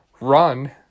run